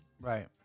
Right